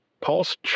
Paul's